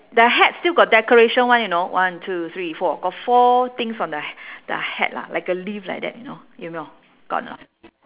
the hat still got decoration [one] you know one two three four got four things on the the hat lah like a leaf like that you know 有没有 got or not